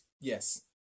Yes